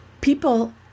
People